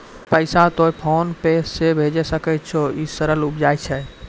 पैसा तोय फोन पे से भैजै सकै छौ? ई सरल उपाय छै?